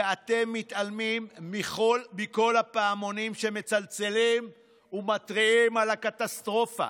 ואתם מתעלמים מכל הפעמונים שמצלצלים ומתריעים על הקטסטרופה.